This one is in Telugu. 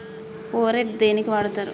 ఫోరెట్ దేనికి వాడుతరు?